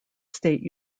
state